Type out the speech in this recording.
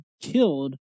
killed